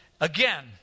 again